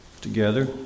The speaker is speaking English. together